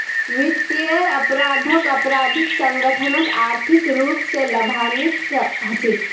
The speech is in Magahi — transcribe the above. वित्तीयेर अपराधत आपराधिक संगठनत आर्थिक रूप स लाभान्वित हछेक